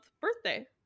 birthday